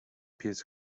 pies